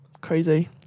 crazy